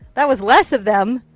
that was less of them.